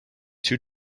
two